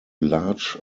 large